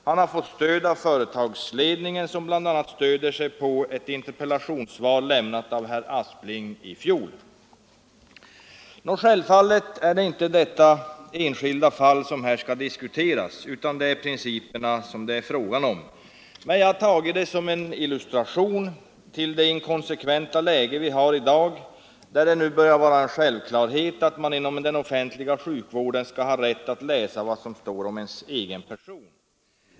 Han har fått stöd av företagsledningen som bl.a. stöder sig på ett interpellationssvar lämnat av herr Aspling i november i fjol. Självfallet är det nu inte detta enskilda fall som här skall diskuteras, utan det är principerna det är frågan om. Jag har tagit detta som en illustration till det inkonsekventa läge vi har i dag, där det nu börjar vara en självklarhet att man inom den offentliga sjukvården skall ha rätt att läsa vad det står om ens egen person.